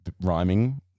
rhyming